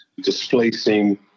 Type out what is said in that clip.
displacing